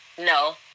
No